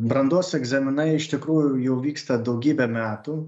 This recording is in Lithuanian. brandos egzaminai iš tikrųjų jau vyksta daugybę metų